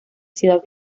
ciudad